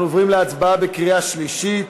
אנחנו עוברים להצבעה בקריאה שלישית.